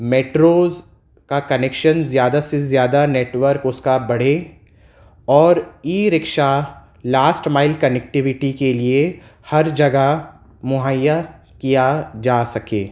metros کا connection زیادہ سے زیادہ نیٹورک اس کا بڑھے اور e rickshaw last mile connectivity کے لیے ہر جگہ مہیا کیا جا سکے